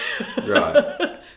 Right